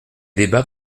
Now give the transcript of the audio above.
débats